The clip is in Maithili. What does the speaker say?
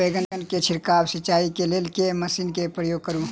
बैंगन केँ छिड़काव सिचाई केँ लेल केँ मशीन केँ प्रयोग करू?